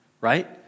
right